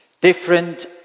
different